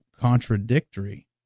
contradictory